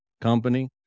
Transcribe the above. company